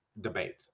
debate